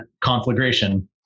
conflagration